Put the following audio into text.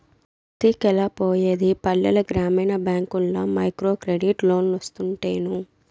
బస్తికెలా పోయేది పల్లెల గ్రామీణ బ్యాంకుల్ల మైక్రోక్రెడిట్ లోన్లోస్తుంటేను